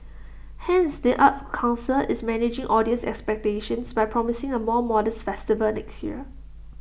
hence the arts Council is managing audience expectations by promising A more modest festival next year